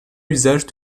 usage